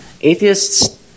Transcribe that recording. Atheists